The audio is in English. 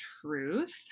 Truth